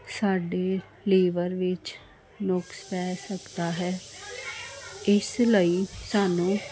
ਸਾਡੇ ਲੀਵਰ ਵਿੱਚ ਨੁਕਸ ਪੈ ਸਕਦਾ ਹੈ ਇਸ ਲਈ ਸਾਨੂੰ